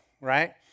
right